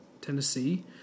Tennessee